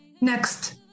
next